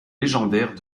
légendaires